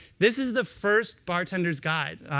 this is the first bartender's guide.